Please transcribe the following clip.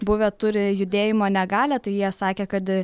buvę turi judėjimo negalią tai jie sakė kad